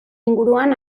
inguruan